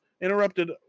interrupted